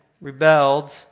rebelled